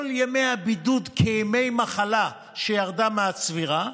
ימי הבידוד כימי מחלה שירדו מהצבירה,